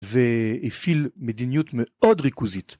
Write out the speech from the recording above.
והפעיל מדיניות מאוד ריכוזית.